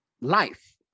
life